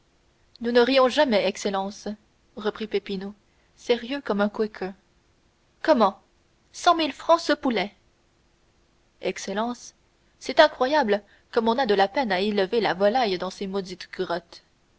nous ne rions jamais excellence reprit peppino sérieux comme un quaker comment cent mille francs ce poulet excellence c'est incroyable comme on a de la peine à élever la volaille dans ces maudites grottes